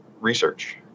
Research